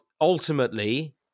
ultimately